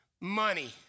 Money